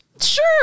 sure